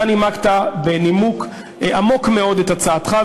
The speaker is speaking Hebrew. נימקת בנימוק עמוק מאוד את הצעתך,